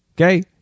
okay